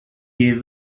gave